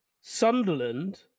Sunderland